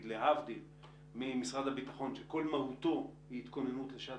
להבדיל ממשרד הביטחון שכל מהותו היא התכוננות לשעת